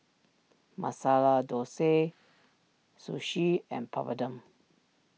Masala Dosa Sushi and Papadum